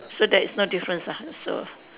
so there is no difference ah so